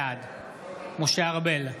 בעד משה ארבל,